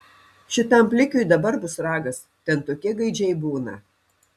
šitam plikiui dabar bus ragas ten tokie gaidžiai būna